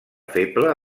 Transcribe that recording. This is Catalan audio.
feble